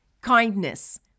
kindness